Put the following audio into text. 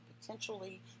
potentially